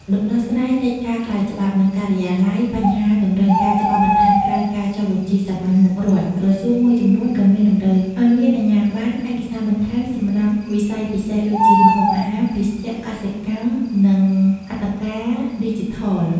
ដំណោះស្រាយកិច្ចការណ៍ក្រៅច្បាប់ និងការិយាល័យ បញ្ហាតម្រូវការច្បាប់បន្ថែមក្រៅការចុះបញ្ជីសាមញ្ញមុខរដ្ឋ ក្រសួងមួយចំនួនក៏មានតម្រូវឲ្យមានអាជ្ញាបណ្ណ ឯកសារបន្ថែមសម្រាប់វិស័យពិសេស ដូចជា ម្ហូបអាហារ ភេសជ្ជៈ កសិកម្ម និងអត្តការ ឌីជីថល។